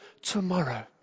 tomorrow